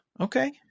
Okay